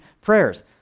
prayers